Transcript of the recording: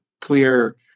clear